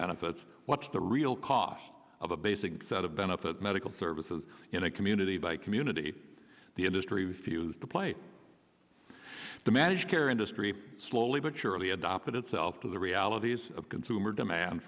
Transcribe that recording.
benefits what's the real cost of a basic set of benefit medical services in a community by community the industry refused to play the managed care industry slowly but surely adopted itself to the realities of consumer demand